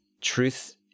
truth